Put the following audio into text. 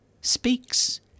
Speaks